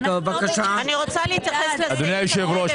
אדוני היושב-ראש,